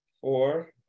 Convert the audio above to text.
four